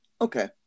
Okay